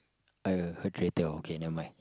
uh her traitor okay never mind